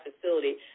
facility